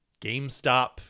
GameStop